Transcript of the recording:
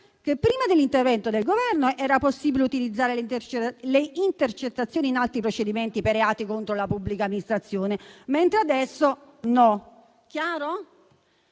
Che prima dell'intervento del Governo era possibile utilizzare le intercettazioni in altri procedimenti per reati contro la pubblica amministrazione, mentre adesso no. Chiaro?